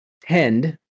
tend